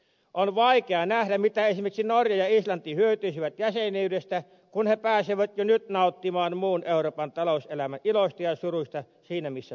on vaikea nähdä mitä esimerkiksi norja ja islanti hyötyisivät jäsenyydestä kun ne pääsevät jo nyt nauttimaan muun euroopan talouselämän iloista ja suruista siinä missä suomikin